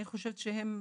כן.